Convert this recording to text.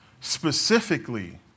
specifically